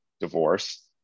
divorce